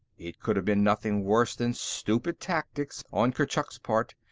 it could have been nothing worse than stupid tactics on kurchuk's part.